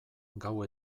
gau